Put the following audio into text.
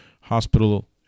hospital